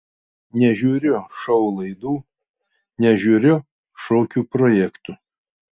nežiūriu šou laidų nežiūriu šokių projektų